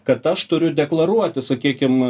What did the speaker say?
kad aš turiu deklaruoti sakykim